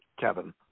Kevin